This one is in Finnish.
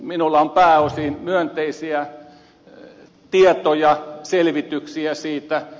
minulla on pääosin myönteisiä tietoja selvityksiä siitä